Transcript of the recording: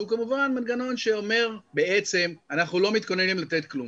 כמובן מנגנון שאומר בעצם אנחנו לא מתכוננים לתת כלום,